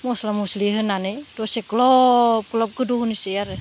मस्ला मस्लि होनानै दसे ग्लब ग्लब गोदौ होनोसै आरो